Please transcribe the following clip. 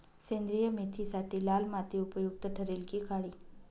सेंद्रिय मेथीसाठी लाल माती उपयुक्त ठरेल कि काळी?